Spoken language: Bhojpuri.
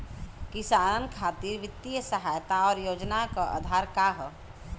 किसानन खातिर वित्तीय सहायता और योजना क आधार का ह?